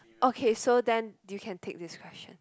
okay so then you can pick this question